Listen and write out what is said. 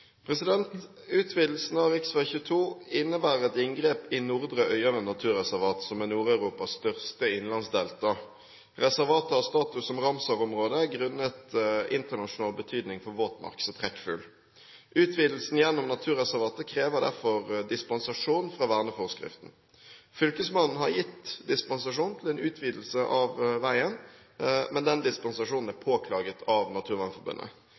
Utvidelsen av rv. 22 innebærer et inngrep i Nordre Øyeren naturreservat, som er Nord-Europas største innlandsdelta. Reservatet har status som Ramsar-område grunnet internasjonal betydning for våtmarks- og trekkfugl. Utvidelsen gjennom naturreservatet krever derfor dispensasjon fra verneforskriften. Fylkesmannen har gitt dispensasjon til en utvidelse av veien, men den dispensasjonen er påklaget av Naturvernforbundet.